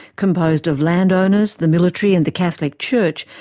composed of land-owners, the military and the catholic church,